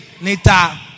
Nita